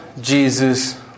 Jesus